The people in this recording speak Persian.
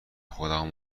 خودمو